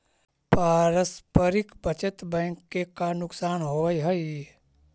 पारस्परिक बचत बैंक के का नुकसान होवऽ हइ?